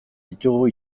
ditugu